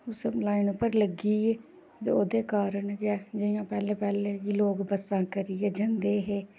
उस्सै लाइन पर लग्गी गे ते ओह्दे कारण गै जियां पैह्ले पैह्ले कि लोक बस्सां करियै जंदे हे